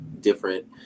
different